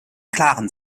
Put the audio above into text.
klaren